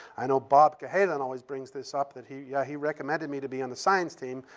i know bob cahalan always brings this up that he yeah he recommended me to be on the science team.